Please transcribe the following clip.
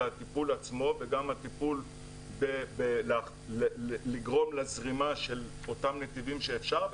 הטיפול עצמו וגם הטיפול בלגרום לזרימה של אותם נתיבים שאפשר,